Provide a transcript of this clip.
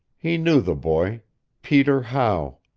he knew the boy peter how.